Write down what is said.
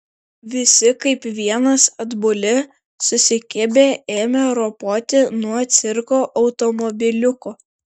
visi kaip vienas atbuli susikibę ėmė ropoti nuo cirko automobiliuko